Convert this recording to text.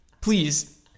please